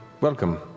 welcome